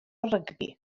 rygbi